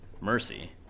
Mercy